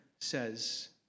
says